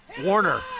Warner